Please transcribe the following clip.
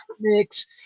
mix